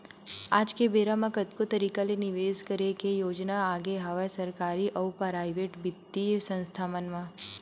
आज के बेरा म कतको तरिका ले निवेस करे के योजना आगे हवय सरकारी अउ पराइेवट बित्तीय संस्था मन म